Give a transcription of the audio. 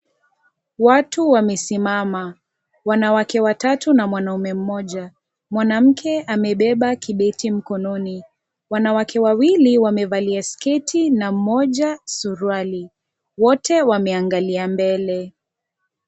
Watu wamesimama. Wanawake watatu na mwanaume mmoja. Mwanamke amebeba kibeti mkononi. Wanawake wawili wamevalia sketi na mmoja suruali. Wote wameangalia mbele.